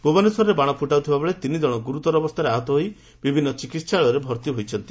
ଭୁବନେଶ୍ୱରରେ ବାଣ ଫୁଟାଉଥିବାବେଳେ ତିନି ଜଣ ଗ୍ରଗ୍ରତର ଅବସ୍ତାରେ ଆହତ ହୋଇ ବିଭିନ୍ନ ଚିକିହାଳୟରେ ଭର୍ତ୍ତି ହୋଇଛନ୍ତି